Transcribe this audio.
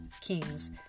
kings